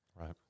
Right